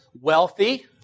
wealthy